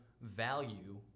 value